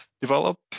develop